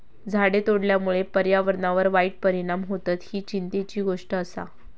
झाडे तोडल्यामुळे पर्यावरणावर वाईट परिणाम होतत, ही चिंतेची गोष्ट आसा